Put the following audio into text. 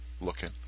looking